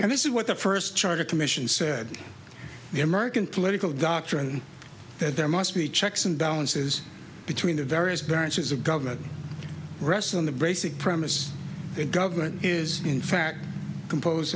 and this is what the first charter commission said the american political doctrine that there must be checks and balances between the various branches of government rests on the basic premise that government is in fact composed